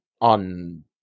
on